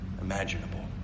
imaginable